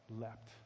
leapt